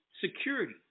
security